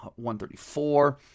134